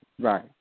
Right